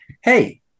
hey